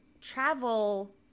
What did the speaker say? travel